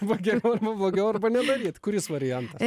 arba geriau arba blogiau arba nedaryt kuris variantas